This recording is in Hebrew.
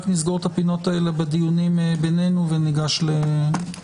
רק נסגור את הפינות האלה בדיונים בינינו וניגש לאישור.